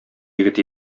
егет